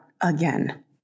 again